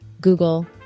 Google